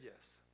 yes